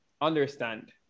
understand